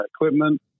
equipment